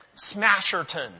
Smasherton